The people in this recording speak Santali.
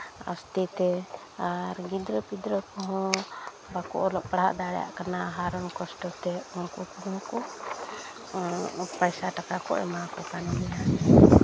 ᱟᱥᱛᱮᱛᱮ ᱟᱨ ᱜᱤᱫᱽᱨᱟᱹ ᱯᱤᱫᱽᱨᱟᱹ ᱠᱚᱦᱚᱸ ᱵᱟᱠᱚ ᱚᱞᱚᱜ ᱯᱟᱲᱦᱟᱜ ᱫᱟᱲᱮᱭᱟᱜ ᱠᱟᱱᱟ ᱠᱟᱨᱚᱱ ᱠᱚᱥᱴᱚ ᱛᱮ ᱩᱱᱠᱩ ᱠᱚᱦᱚᱸ ᱠᱚ ᱯᱚᱭᱥᱟ ᱴᱟᱠᱟ ᱠᱚ ᱮᱢᱟ ᱠᱚ ᱠᱟᱱ ᱜᱮᱭᱟ